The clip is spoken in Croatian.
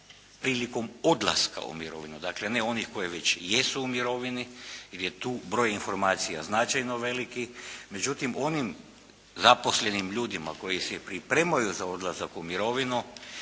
prilikom odlaska u mirovinu, dakle ne onih koji već jesu u mirovini jer je tu broj informacija značajno veliki, međutim onim zaposlenim ljudima koji se pripremaju za odlazak u mirovinu